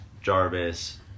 Jarvis